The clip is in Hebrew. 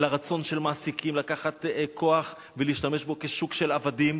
לרצון של מעסיקים לקחת כוח ולהשתמש בו כשוק של עבדים,